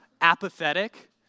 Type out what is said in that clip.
apathetic